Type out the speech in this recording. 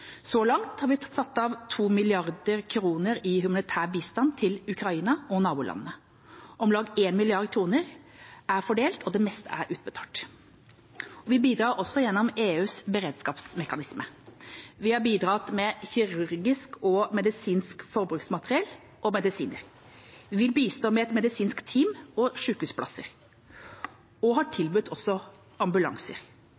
Så langt har vi satt av 2 mrd. kr i humanitær bistand til Ukraina og nabolandene. Om lag 1 mrd. kr er fordelt, og det meste er utbetalt. Vi bidrar også gjennom EUs beredskapsmekanisme. Vi har bidratt med kirurgisk og medisinsk forbruksmateriell og medisiner. Vi vil bistå med et medisinsk team og sykehusplasser, og vi har